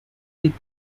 with